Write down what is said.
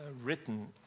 written